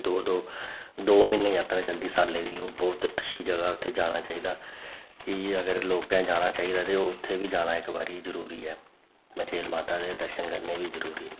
दो दो दो म्हीने जातरा जंदी सालै दी ओह् बोह्त अच्छी जगह् उत्थें जाना चाहिदा कि अगर लोकें जाना चाहिदा ते उत्थें बी जाना इक बारी जरूरी ऐ मचेल माता दे दर्शन करने बी जरूरी न